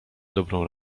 dobrą